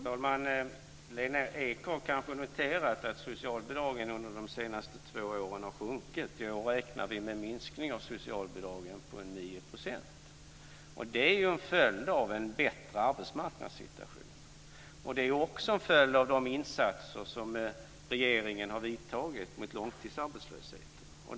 Fru talman! Lena Ek har kanske noterat att socialbidragen under de senaste två åren har minskat. I år räknar vi med en minskning av socialbidragen på 9 %. Det är ju en följd av en bättre arbetsmarknadssituation. Det är också en följd av de insatser som regeringen har gjort mot långtidsarbetslösheten.